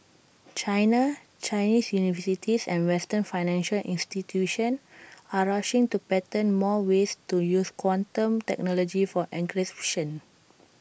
China Chinese universities and western financial institutions are rushing to patent more ways to use quantum technology for encryption